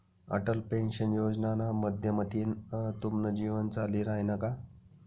Atal pension योजनाना माध्यमथीन तुमनं जीवन चाली रायनं का?